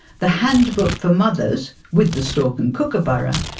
the handbook for mothers, with the stork and kookaburra,